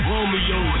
Romeo